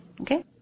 Okay